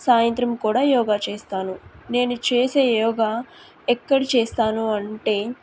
సాయంత్రం కూడా యోగా చేస్తాను నేను చేసే యోగా ఎక్కడ చేస్తాను అంటే